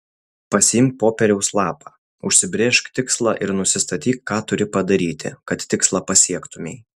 pasiimk popieriaus lapą užsibrėžk tikslą ir nusistatyk ką turi padaryti kad tikslą pasiektumei